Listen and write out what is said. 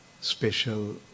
special